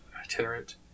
Itinerant